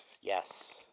yes